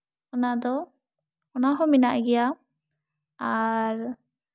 ᱚᱱᱟ ᱫᱚ ᱚᱱᱟ ᱦᱚᱸ ᱢᱮᱱᱟᱜ ᱜᱮᱭᱟ ᱟᱨ